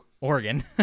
Oregon